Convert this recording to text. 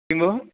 किम् भोः